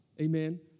Amen